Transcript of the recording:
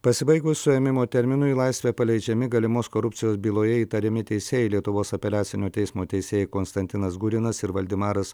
pasibaigus suėmimo terminui į laisvę paleidžiami galimos korupcijos byloje įtariami teisėjai lietuvos apeliacinio teismo teisėjai konstantinas gurinas ir valdemaras